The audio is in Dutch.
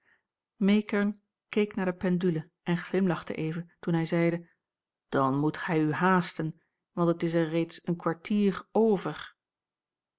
meekern keek naar de pendule en glimlachte even toen hij zeide dan moet gij u haasten want het is er reeds een kwartier over